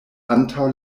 antaŭ